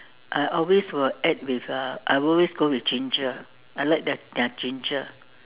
I will always will add with uh I always go with ginger I like their their ginger